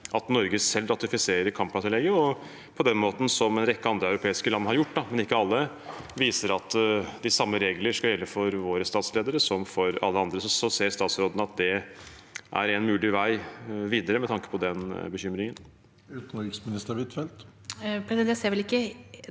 at Norge selv ratifiserer Kampala-tillegget slik en rekke andre europeiske land har gjort, men ikke alle. På den måten viser de at de samme reglene skal gjelde for våre statsledere, som for alle andre. Ser statsråden at det er en mulig vei videre med tanke på den bekymringen? Utenriksminister Anniken